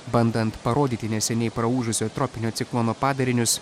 bandant parodyti neseniai praūžusio tropinio ciklono padarinius